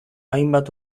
hainbat